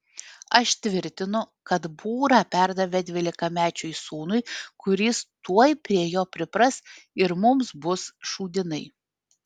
aš tvirtinu kad būrą perdavė dvylikamečiui sūnui kuris tuoj prie jo pripras ir mums bus šūdinai